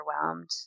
overwhelmed